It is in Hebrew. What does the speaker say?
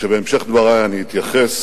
שבהמשך דברי אני אתייחס